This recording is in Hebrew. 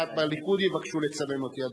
עוד מעט מהליכוד יבקשו לצנן אותי,